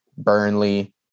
Burnley